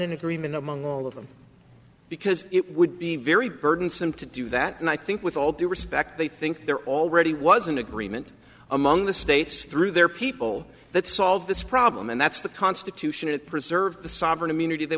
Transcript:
an agreement among all of them because it would be very burdensome to do that and i think with all due respect they think there already was an agreement among the states through their people that solve this problem and that's the constitution it preserves the sovereign immunity they